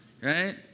right